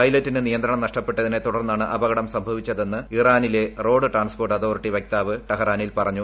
പൈലറ്റിന് നിയന്ത്രണം നഷ്ടപ്പെട്ടതിനെ തുടർന്നാണ് അപകടം സംഭവിച്ചതെന്ന് ഇറാനിലെ റോഡ് ട്രാൻസ്പോർട്ട് അതോറിട്ടി വക്താവ് ടഹ്റാനിൽ പറഞ്ഞു